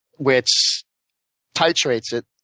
which titrates it,